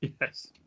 Yes